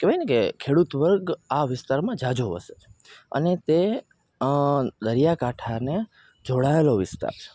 કહેવાયને કે ખેડૂત વર્ગ આ વિસ્તારમાં જાજો વસે છે અને તે દરીયાકાંઠાને જોડાયેલો વિસ્તાર છે